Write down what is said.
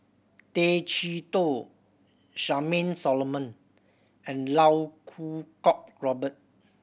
Tay Chee Toh Charmaine Solomon and Iau Kuo Kwong Robert